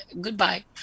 goodbye